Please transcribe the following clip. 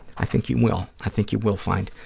i think you will. i think you will find,